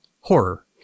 Horror